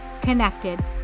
connected